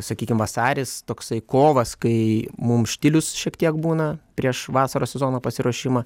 sakykim vasaris toksai kovas kai mum štilius šiek tiek būna prieš vasaros sezono pasiruošimą